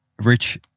rich